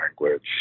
language